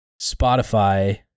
Spotify